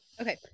Okay